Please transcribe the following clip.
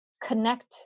connect